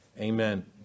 amen